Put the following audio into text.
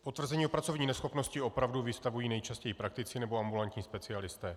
Potvrzení o pracovní neschopnosti opravdu vystavují nejčastěji praktici nebo ambulantní specialisté.